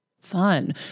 Fun